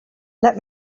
let